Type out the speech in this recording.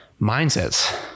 mindsets